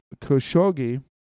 Khashoggi